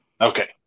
Okay